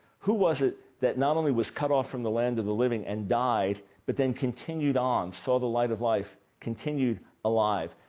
who was it that not only was cut off from the land of the living and died, but then continued on, saw the light of life, continued alive?